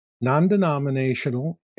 non-denominational